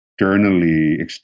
externally